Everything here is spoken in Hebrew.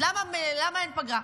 אז למה אין פגרה?